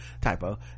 typo